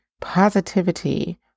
positivity